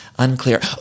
unclear